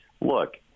look